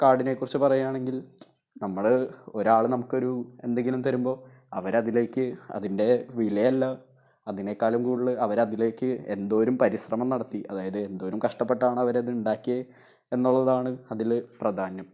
കാർഡിനെ കുറിച്ച് പറയാണെങ്കിൽ നമ്മൾ ഒരാൾ നമ്മൾക്കൊരു എന്തെങ്കിലു തരുമ്പോള് അവര് അതിലേക്ക് അതിൻ്റെ വിലയല്ല അതിനേക്കാളും കൂടുതൽ അവര് അതിലേക്ക് എന്തോരം പരിശ്രമം നടത്തി അതായത് എന്തോരം കഷ്ടപ്പെട്ടാണ് അവരത് ഉണ്ടാക്കിയത് എന്നുള്ളതാണ് അതിൽ പ്രധാനം